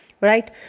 Right